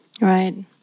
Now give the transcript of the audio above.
right